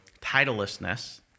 titlelessness